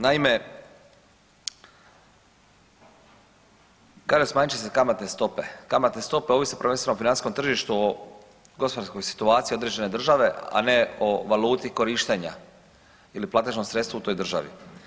Naime, kaže smanjit će se kamatne stope, kamatna stopa ovisi prvenstveno o financijskom tržištu, a gospodarskoj situaciji određene države, a ne o valuti korištenja ili platežnom sredstvu u toj državi.